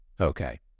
Okay